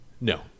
No